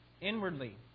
inwardly